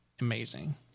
amazing